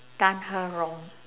done her wrong